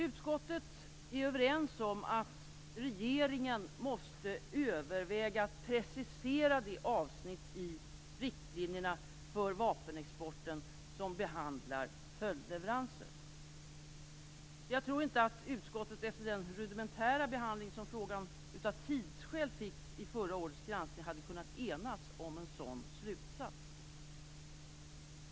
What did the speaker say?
Utskottet är överens om att regeringen måste överväga att precisera de avsnitt i riktlinjerna för vapenexporten som behandlar följdleveranser. Jag tror inte att utskottet efter den rudimentära behandling som frågan av tidsskäl fick i förra årets granskning hade kunnat enas om en sådan slutsats.